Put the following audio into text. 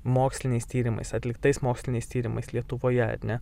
moksliniais tyrimais atliktais moksliniais tyrimais lietuvoje ar ne